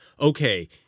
okay